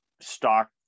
stock